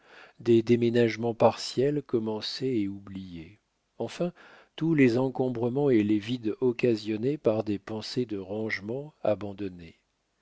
des déménagements partiels commencés et oubliés enfin tous les encombrements et les vides occasionnés par des pensées de rangement abandonnées